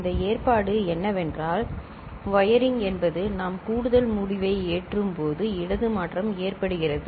இந்த ஏற்பாடு என்னவென்றால் வயரிங் என்பது நாம் கூடுதல் முடிவை ஏற்றும்போது இடது மாற்றம் ஏற்படுகிறது